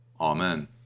Amen